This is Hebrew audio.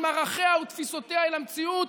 עם ערכיה ותפיסותיה אל המציאות,